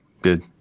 Good